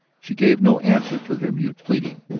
she gave no answer to their mute pleading.